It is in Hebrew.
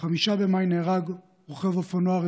ב-5 במאי נהרג רוכב אופנוע,